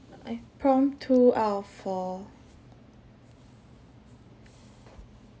I prompt two out of four